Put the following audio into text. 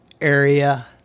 area